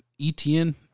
ETN